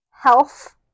Health